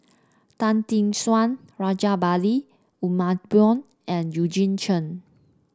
Tan Tee Suan Rajabali Jumabhoy and Eugene Chen